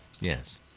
Yes